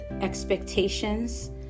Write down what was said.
expectations